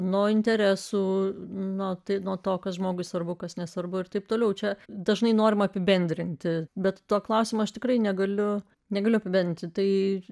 nuo interesų nuo tai nuo to kas žmogui svarbu kas nesvarbu ir taip toliau čia dažnai norima apibendrinti bet to klausimo aš tikrai negaliu negaliu bent tai